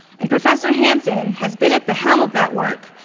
and professor hanson has been at the helm of that work,